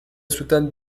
soutane